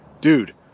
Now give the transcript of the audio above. Dude